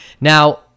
Now